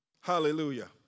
Hallelujah